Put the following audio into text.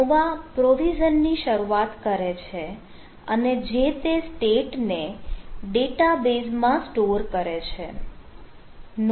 Nova provision ની શરૂઆત કરે છે અને જે તે સ્ટેટને ડેટાબેઝમાં સ્ટોર કરે છે